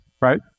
Right